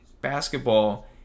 basketball